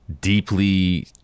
deeply